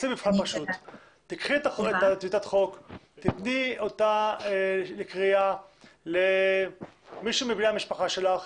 קחי את טיוטת החוק ותני אותה לקריאה למישהו מבני המשפחה שלך.